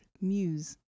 muse